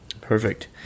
Perfect